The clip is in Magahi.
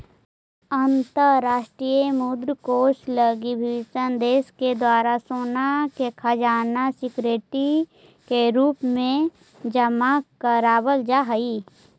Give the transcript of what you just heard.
अंतरराष्ट्रीय मुद्रा कोष लगी विभिन्न देश के द्वारा सोना के खजाना सिक्योरिटी के रूप में जमा करावल जा हई